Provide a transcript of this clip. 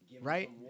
Right